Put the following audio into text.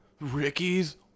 ricky's